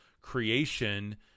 creation